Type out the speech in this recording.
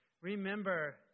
Remember